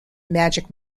magic